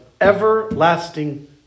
everlasting